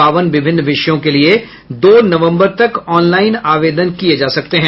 बावन विभिन्न विषयों के लिए दो नवम्बर तक ऑनलाईन आवेदन किये जा सकते हैं